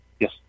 Yes